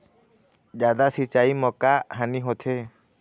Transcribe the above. जादा सिचाई म का हानी होथे?